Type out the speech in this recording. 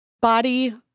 Body